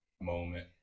moment